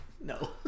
No